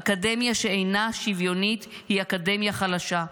אקדמיה שאינה שוויונית היא אקדמיה חלשה,